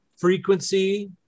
frequency